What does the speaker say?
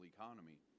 economy